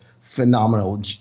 phenomenal